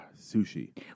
sushi